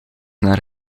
naar